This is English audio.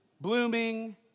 blooming